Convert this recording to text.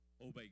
obey